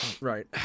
Right